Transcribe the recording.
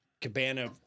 cabana